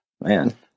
man